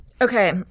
Okay